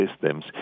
systems